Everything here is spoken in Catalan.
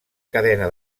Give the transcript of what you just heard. cadena